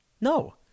No